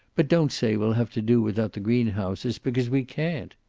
but don't say we'll have to do without the greenhouses, because we can't.